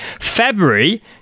February